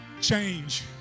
Change